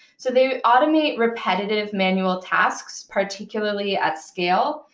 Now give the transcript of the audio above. so they automate repetitive manual tasks, particularly at scale,